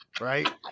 right